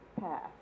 path